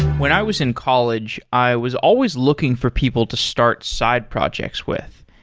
when i was in college, i was always looking for people to start side projects with.